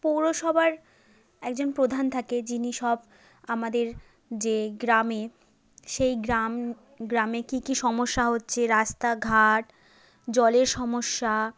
পৌরসভার একজন প্রধান থাকে যিনি সব আমাদের যে গ্রামে সেই গ্রাম গ্রামে কী কী সমস্যা হচ্ছে রাস্তাঘাট জলের সমস্যা